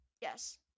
Yes